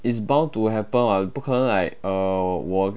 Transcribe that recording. is bound to happen [what] 不可能 like uh 我